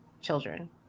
children